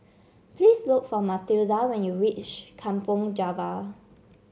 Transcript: please look for Mathilda when you reach Kampong Java